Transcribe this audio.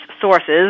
sources